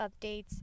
updates